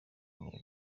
intego